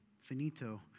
Finito